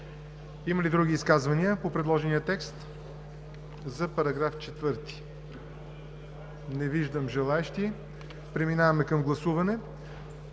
Има ли други изказвания по предложения текст за § 4? Не виждам желаещи. Преминаваме към гласуване.